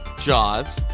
Jaws